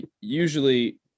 usually